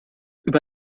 über